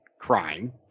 crying